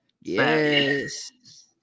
Yes